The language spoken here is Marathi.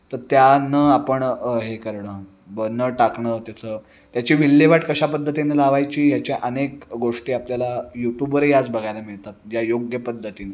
तर त्या न आपण हे करणं व न टाकणं त्याचं त्याची विल्हेवाट कशा पद्धतीने लावायची याच्या अनेक गोष्टी आपल्याला यूटूबवरही आज बघायला मिळतात ज्या योग्य पद्धतीनं